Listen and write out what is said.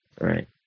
Right